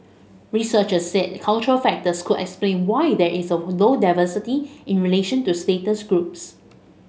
researchers said cultural factors could explain why there is low diversity in relation to status groups